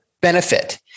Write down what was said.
benefit